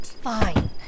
Fine